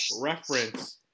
reference